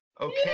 Okay